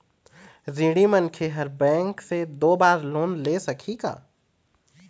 ऋणी मनखे हर बैंक से दो बार लोन ले सकही का?